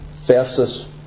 versus